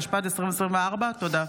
התשפ"ד 2024. תודה.